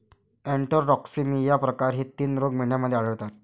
enterotoxaemia प्रकार हे तीन रोग मेंढ्यांमध्ये आढळतात